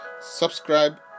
Subscribe